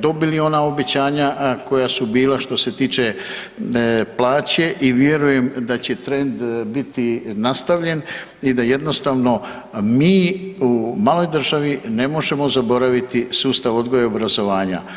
dobili ona obećanja koja su bila što se tiče plaće i vjerujem da će trend biti nastavljen i da jednostavno mi u maloj državi ne možemo zaboraviti sustav odgoja i obrazovanja.